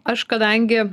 aš kadangi